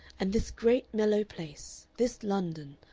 and this great mellow place, this london,